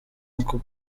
uncle